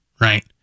right